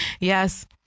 Yes